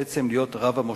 בעצם רב המושבות.